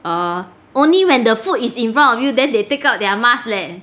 err only when the food is in front of you then they take out their mask leh